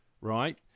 right